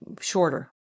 shorter